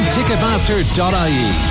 Ticketmaster.ie